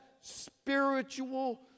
spiritual